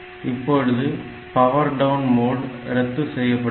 இப்பொழுது power down mode ரத்து செய்யப்படுகிறது